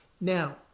Now